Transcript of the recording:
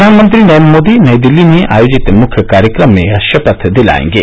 प्रधानमंत्री नरेन्द्र मोदी नई दिल्ली में आयोजित मुख्य कार्यक्रम में यह शपथ दिलाएंगे